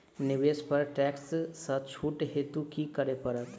निवेश पर टैक्स सँ छुट हेतु की करै पड़त?